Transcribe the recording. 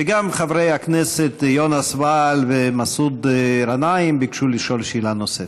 וגם חברי הכנסת ואאל יונס ומסעוד גנאים ביקשו לשאול שאלה נוספת.